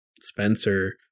Spencer